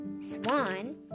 swan